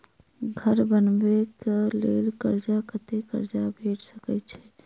घर बनबे कऽ लेल कर्जा कत्ते कर्जा भेट सकय छई?